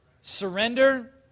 Surrender